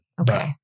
Okay